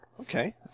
Okay